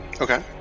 Okay